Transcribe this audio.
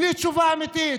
בלי תשובה אמיתית